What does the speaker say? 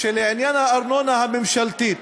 שלעניין הארנונה הממשלתית,